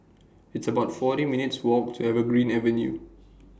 It's about forty minutes' Walk to Evergreen Avenue